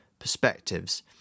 perspectives